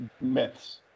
myths